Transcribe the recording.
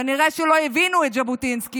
כנראה שלא הבינו את ז'בוטינסקי